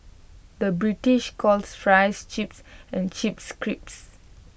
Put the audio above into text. the British calls Fries Chips and Chips Crisps